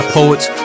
Poets